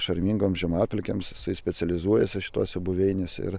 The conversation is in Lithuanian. šarmingoms žemapelkėms jisai specializuojasi šituose buveinės ir